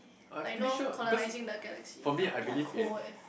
like you know colonising the galaxy and stuff eh I cold eh